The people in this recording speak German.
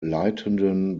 leitenden